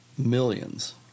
Millions